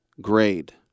grade